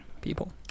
people